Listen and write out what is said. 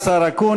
תודה לשר אקוניס,